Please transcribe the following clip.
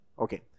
Okay